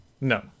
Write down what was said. No